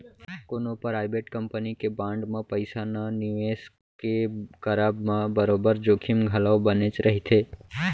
कोनो private company के bond म पइसा न निवेस के करब म बरोबर जोखिम घलौ बनेच रहिथे